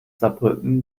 saarbrücken